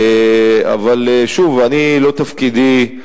אבל שוב, זה לא תפקידי,